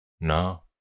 No